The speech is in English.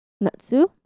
Natsu